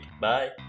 Bye